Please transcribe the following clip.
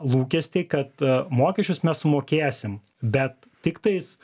lūkestį kad mokesčius mes sumokėsim bet tiktais